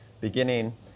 Beginning